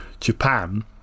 Japan